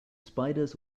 spiders